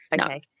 Okay